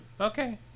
Okay